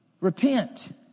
Repent